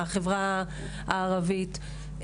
מהחברה הערבית,